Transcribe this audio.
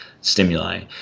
stimuli